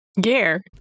gear